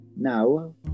Now